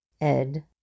Ed